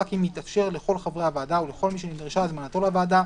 רק אם יתאפשר לכל חברי הוועדה ולכל מי שנדרשה הזמנתו לוועדה,